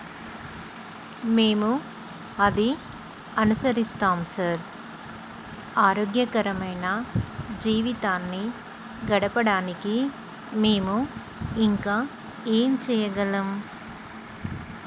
మేము అది అనుసరిస్తాం సార్ ఆరోగ్యకరమైన జీవితాన్ని గడపడానికి మేము ఇంకా ఏం చేయగలం